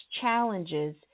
challenges